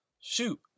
Shoot